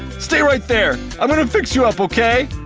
stay right there. i'm gonna fix you up, okay?